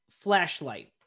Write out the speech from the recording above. flashlight